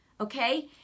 okay